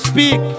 Speak